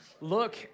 look